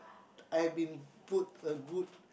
I have been put a good